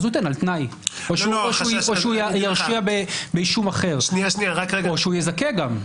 אז הוא ייתן על תנאי או שהוא ירשיע באישום אחר או שהוא יזכה גם.